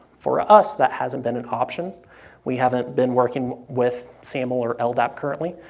for us, that hasn't been an option we haven't been working with saml or ldap currently.